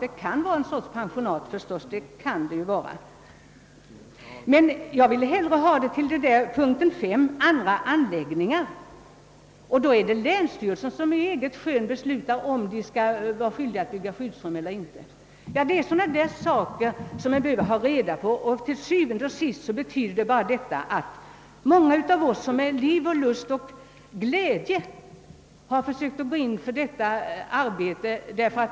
Möjligen kan barnstugan vara en sorts dagpensionat, men jag vill hellre placera in den under punkten 5, andra anläggningar. I så fall är det länsstyrelsen som efter eget skön beslutar om man skall vara skyldig att bygga skyddsrum eller inte, vilket kan betyda olika behandling i skilda län. Det är sådana saker man behöver ha reda på, både i länsgrupperna och i kommunerna.